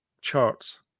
charts